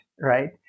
right